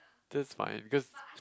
that's fine because